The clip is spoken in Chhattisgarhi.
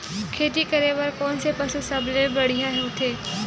खेती करे बर कोन से पशु सबले बढ़िया होथे?